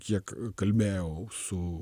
kiek kalbėjau su